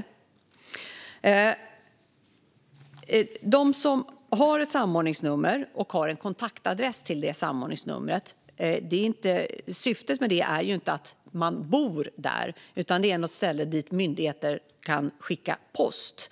Sedan gäller det dem som har ett samordningsnummer och som har en kontaktadress kopplad till det samordningsnumret. Syftet med det är inte att man ska bo där, utan det är ett ställe dit myndigheter kan skicka post.